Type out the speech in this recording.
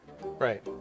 Right